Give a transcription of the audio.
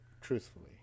truthfully